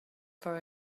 for